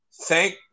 Thank